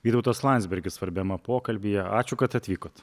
vytautas landsbergis svarbiame pokalbyje ačiū kad atvykot